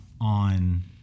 on